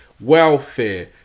Welfare